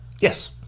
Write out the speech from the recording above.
yes